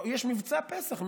יש מבצע פסח,